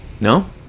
No